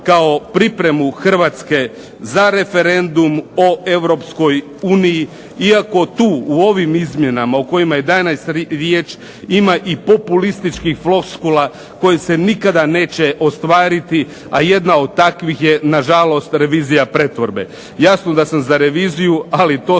Hrvatske za referendum o Europskoj uniji, iako tu u ovim izmjenama o kojima je danas riječ ima i populističkih floskula koje se nikada neće ostvariti, a jedna od takvih je na žalost revizija pretvorbe. Jasno da sam za reviziju, ali to se